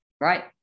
right